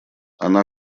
она